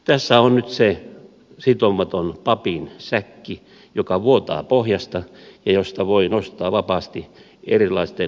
tässä on nyt se sitomaton papin säkki joka vuotaa pohjasta ja josta voi nostaa vapaasti erilaisten himashöttöraporttien teettämiseen